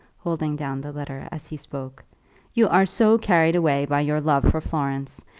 holding down the letter as he spoke you are so carried away by your love for florence,